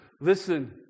listen